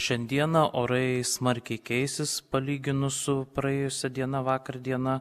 šiandieną orai smarkiai keisis palyginus su praėjusia diena vakar diena